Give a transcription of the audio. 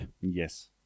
Yes